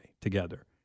together